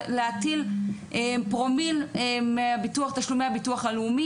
להטיל פרומיל מביטוח,